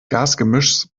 gasgemischs